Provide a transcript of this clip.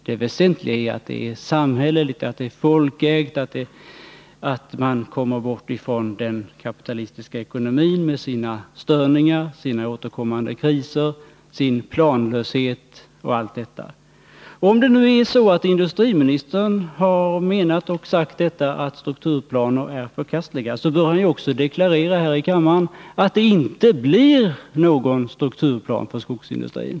Det väsentliga är att företaget är samhälleligt och folkägt och att man har kommit bort ifrån den kapitalistiska ekoromin med dess störningar, återkommande kriser, planlöshet m.m. Om det nu är så, att industriministern har sagt att strukturplaner är förkastliga, bör han ju också deklarera här i kammaren att det inte blir någon strukturplan för skogsindustrin.